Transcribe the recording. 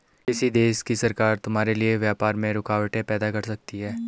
किसी देश की सरकार तुम्हारे लिए व्यापार में रुकावटें पैदा कर सकती हैं